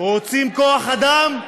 רוצים כוח-אדם?